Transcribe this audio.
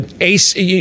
ace